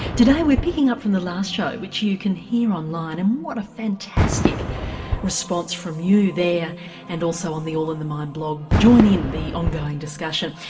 today we're picking up from the last show which you can hear online and what a fantastic response from you there and also on the all in the mind blog, join in the ongoing discussion.